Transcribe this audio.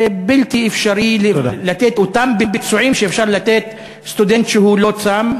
זה בלתי אפשרי לתת אותם ביצועים שיכול לתת סטודנט שלא צם.